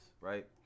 Right